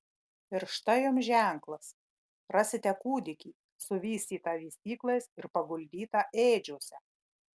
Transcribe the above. ir štai jums ženklas rasite kūdikį suvystytą vystyklais ir paguldytą ėdžiose